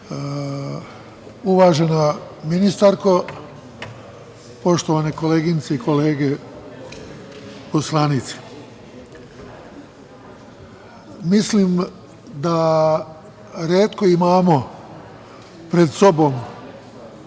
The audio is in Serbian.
ministarko, poštovane koleginice i kolege poslanici, mislim da retko imamo pred sobom